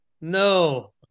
No